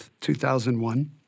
2001